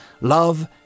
love